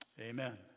Amen